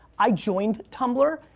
i joined tumblr,